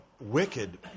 wicked